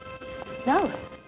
No